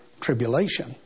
tribulation